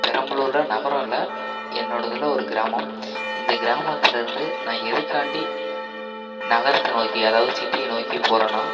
பெரம்பலூரில் நகரம் இல்லை என்னோடது ஒரு கிராமம் இந்த கிராமத்துலேருந்து நான் எதுக்காண்டி நகரத்தை நோக்கி அதாவது சிட்டியை நோக்கி போகிறேன்னா